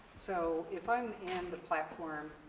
so, if i'm in the platform,